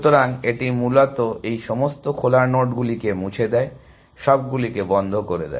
সুতরাং এটি মূলত এই সমস্ত খোলা নোডগুলিকে মুছে দেয় সবগুলিকে বন্ধ করে দেয়